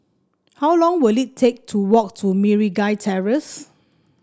how long will it take to walk to Meragi Terrace